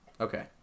Okay